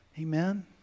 Amen